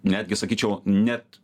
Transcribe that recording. netgi sakyčiau net